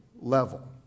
level